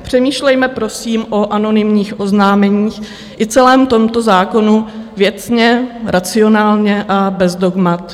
Přemýšlejme prosím o anonymních oznámeních i celém tomto zákonu věcně, racionálně a bez dogmat.